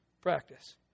practice